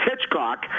Hitchcock